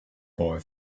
boy